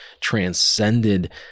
transcended